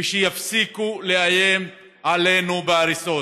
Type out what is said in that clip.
ושיפסיקו לאיים עלינו בהריסות.